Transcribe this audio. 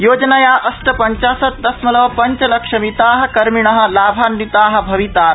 योजनया अष्टपंचाशत् दशमलव पंच लक्षमिता कर्मिण लाभान्विता भवितार